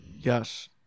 Yes